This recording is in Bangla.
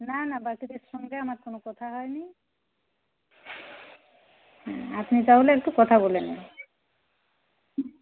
না না বাকিদের সঙ্গে আমার কোনো কথা হয়নি হ্যাঁ আপনি তাহলে একটু কথা বলে নিন